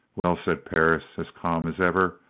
well? said perris, as calm as ever.